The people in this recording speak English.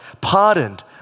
pardoned